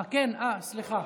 סליחה.